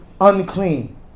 unclean